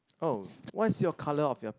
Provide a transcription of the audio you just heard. oh what's your colour of your